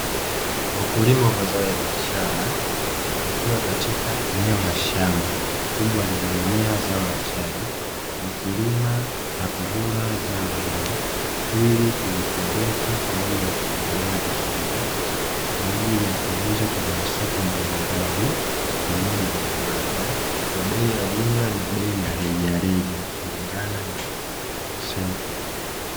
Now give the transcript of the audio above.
Wakulima wa mazao ya biashara wakiwa katika eneo la shamba kubwa lililomea zao la chai, wakilima na kuvuna zao hilo ili kulipeleka kwa ajili ya kuliandaa vizuri. Kwa ajili ya kuuza kwenye masoko mbalimbali pamoja na viwanda kwa bei ya jumla na bei ya rejareja kulingana na soko.